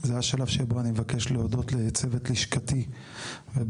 זה השלב שבו אני מבקש להודות לצוות לשכתי ובראשם